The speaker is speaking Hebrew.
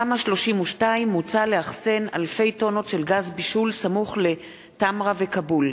בתמ"א 32 מוצע לאחסן אלפי טונות של גז בישול סמוך לתמרה וכאבול,